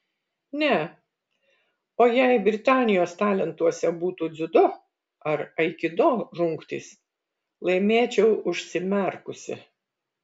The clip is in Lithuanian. ne o jei britanijos talentuose būtų dziudo ar aikido rungtys laimėčiau užsimerkusi